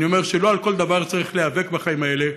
אני אומר שלא על כל דבר צריך להיאבק בחיים האלה,